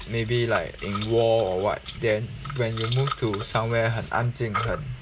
maybe like in war or what then when you move to somewhere 很安静很